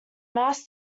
mass